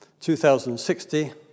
2060